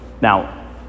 Now